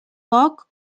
poc